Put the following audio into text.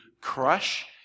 crush